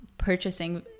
purchasing